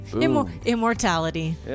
immortality